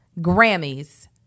Grammys